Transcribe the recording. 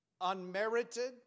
unmerited